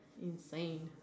insane